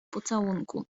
pocałunku